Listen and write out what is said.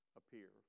appear